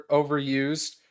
overused